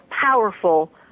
powerful